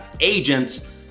Agents